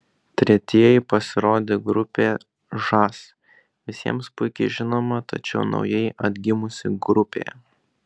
tretieji pasirodė grupė žas visiems puikiai žinoma tačiau naujai atgimusi grupė